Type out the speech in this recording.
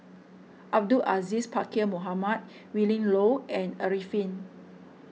Abdul Aziz Pakkeer Mohamed Willin Low and Arifin